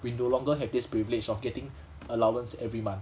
we no longer have this privilege of getting allowance every month